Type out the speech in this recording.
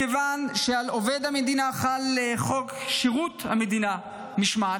מכיוון שעל עובד המדינה חל חוק שירות המדינה (משמעת),